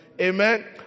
Amen